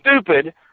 stupid